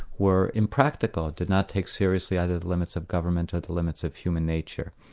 were impractical, did not take seriously either the limits of government or the limits of human nature.